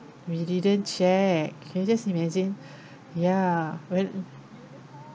we didn't check can you just imagine ya when